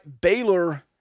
Baylor